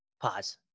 Pause